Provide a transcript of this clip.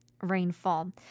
Rainfall